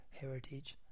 heritage